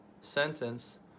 sentence